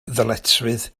ddyletswydd